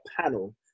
panel